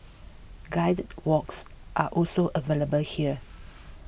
guided walks are also available here